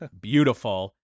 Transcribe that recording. beautiful